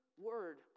word